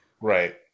Right